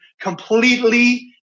completely